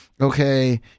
okay